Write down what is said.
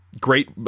great